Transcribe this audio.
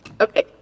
Okay